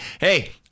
hey